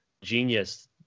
genius